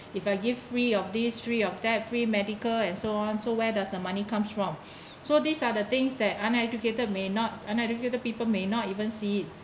if I give free of these free of that free medical and so on so where does the money comes from so these are the things that uneducated may not uneducated people may not even see it